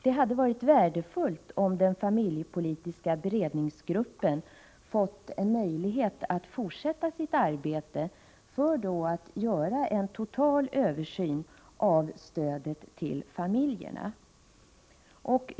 Det hade varit värdefullt om den familjepolitiska beredningsgruppen fått en möjlighet att fortsätta sitt arbete, så att de kunnat göra en total översyn av stödet till familjerna.